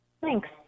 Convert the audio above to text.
Thanks